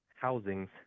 housings